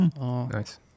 nice